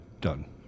done